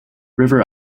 river